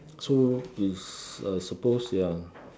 so is uh suppose there are